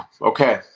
Okay